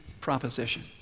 proposition